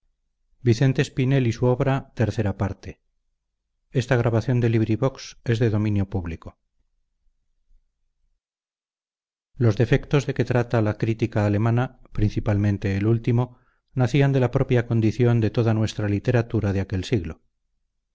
gentes los defectos de que trata la crítica alemana principalmente el último nacían de la propia condición de toda nuestra literatura de aquel siglo